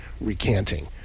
recanting